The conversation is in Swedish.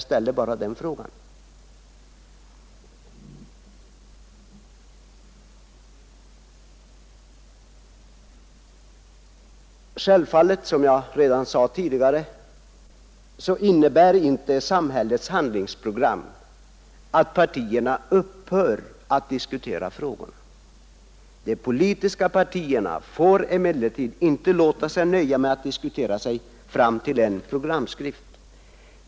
Som jag sade tidigare innebär samhällets handlingsprogram självfallet inte att partierna upphör att diskutera frågorna. De politiska partierna får emellertid inte låta sig nöja med att diskutera sig fram till en programskrift.